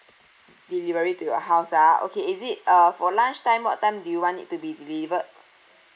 delivery to your house ah okay is it uh for lunch time what time do you want it to be delivered